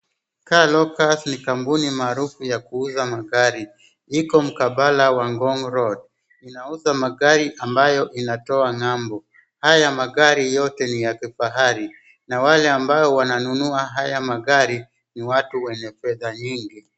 Car lockers ni kampuni maarufu ya kuuza magari. Iko mkabala wa ngong Road, inauza magari ambayo inatoa ng'ambo. Haya magari yote ni ya kifahari na wale ambao wananunua haya magari ni watu wenye fedha nyingi.